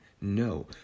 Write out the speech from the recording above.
No